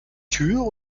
tür